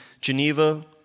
Geneva